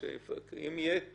אם תהיה תקלה,